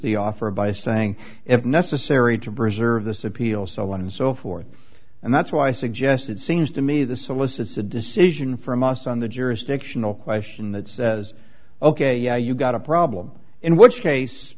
the offer by saying if necessary to preserve this appeal so on and so forth and that's why i suggested seems to me the solicits a decision from us on the jurisdictional question that says ok yeah you've got a problem in which case